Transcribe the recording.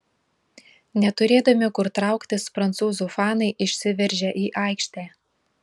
neturėdami kur trauktis prancūzų fanai išsiveržė į aikštę